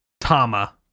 Tama